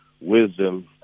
wisdom